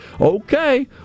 okay